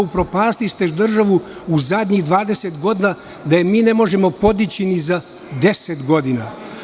Upropastili ste državu u zadnjih 20 godina, da je mi ne možemo podići ni za 10 godina.